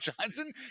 Johnson